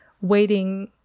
waiting